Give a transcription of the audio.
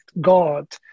God